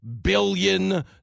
billion